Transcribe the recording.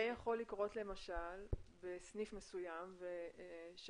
זה יכול לקרות למשל בסניף מסוים של